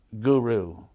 guru